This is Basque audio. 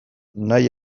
nahi